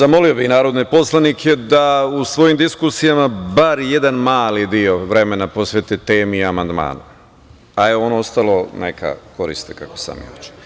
Zamolio bih narodne poslanike da u svojim diskusijama bar jedan mali deo vremena posvete temi amandmana, a ono ostalo neka koriste kako sami hoće.